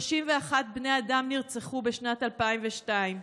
31 בני אדם נרצחו בשנת 2022,